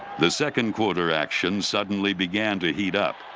the second-quarter action suddenly began to heat up.